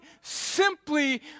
simply